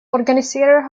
organiserar